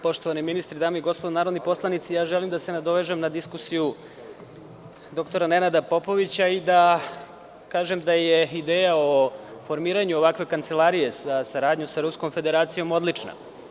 Poštovani ministre, dame i gospodo narodni poslanici, želim da se nadovežem na diskusiju dr Nenada Popovića i da kažem da je ideja o formiranju ovakve kancelarije za saradnju sa Ruskom Federacijom odlična.